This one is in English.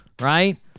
Right